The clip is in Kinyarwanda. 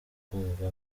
kumva